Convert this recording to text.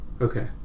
Okay